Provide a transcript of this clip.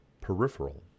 peripheral